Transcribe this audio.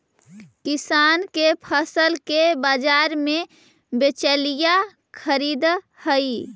किसान के फसल के बाजार में बिचौलिया खरीदऽ हइ